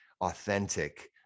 authentic